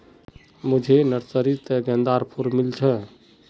मुझे नर्सरी त गेंदार फूल मिल छे